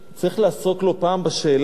צריך לעסוק לא פעם בשאלה